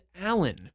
Allen